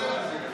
בסדר.